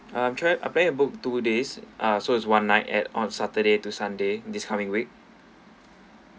I'm trying I plan to book two days ah so is one night and on saturday to sunday this coming week